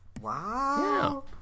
Wow